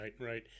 right